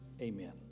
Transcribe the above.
Amen